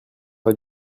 pas